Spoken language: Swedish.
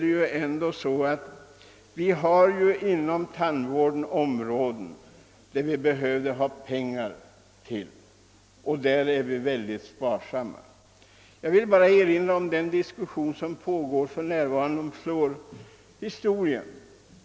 Det finns ju områden inom tandvården där vi verkligen behöver pengar men där synnerligen stor sparsamhet tillämpas. Ja vill erinra om den diskussion som för närvarande pågår om fluorideringen.